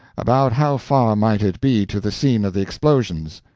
about how far might it be to the scene of the explosions.